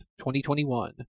2021